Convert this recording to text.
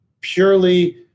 purely